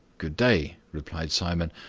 good day, replied simon.